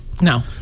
No